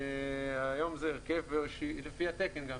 היום זה הרכב לפי התקן גם,